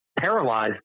paralyzed